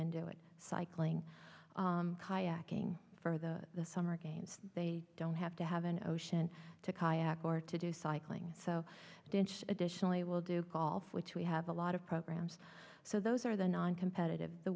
and doing cycling kayaking for the summer games they don't have to have an ocean to kayak or to do cycling so dench additionally will do golf which we have a lot of programs so those are the noncompetitive the